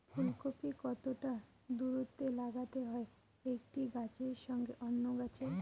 ফুলকপি কতটা দূরত্বে লাগাতে হয় একটি গাছের সঙ্গে অন্য গাছের?